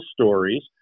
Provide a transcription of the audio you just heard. stories